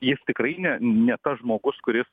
jis tikrai ne ne tas žmogus kuris